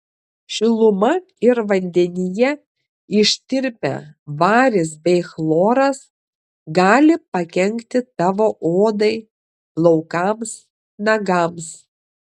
šiluma ir vandenyje ištirpę varis bei chloras gali pakenkti tavo odai plaukams nagams